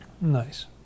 Nice